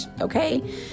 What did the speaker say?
Okay